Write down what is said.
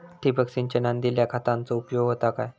ठिबक सिंचनान दिल्या खतांचो उपयोग होता काय?